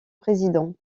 président